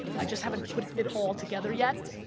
i just haven't put it it all together yet,